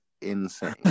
insane